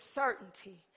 certainty